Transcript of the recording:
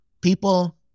people